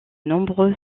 nombreux